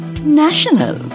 national